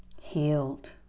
healed